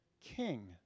king